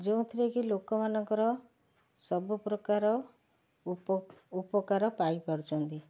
ଯେଉଁଥିରେ କି ଲୋକମାନଙ୍କର ସବୁପ୍ରକାର ଉପକାର ପାଇପାରୁଛନ୍ତି